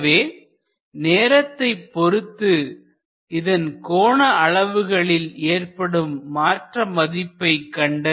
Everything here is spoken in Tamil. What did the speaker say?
எனவே நேரத்தைப் பொறுத்து இதன் கோண அளவுகளில் ஏற்படும் மாற்ற மதிப்பை கண்டறிவதற்கு ஒரு சமன்பாடு ஒன்றை உருவாக்கி விட்டோம்